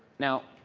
now,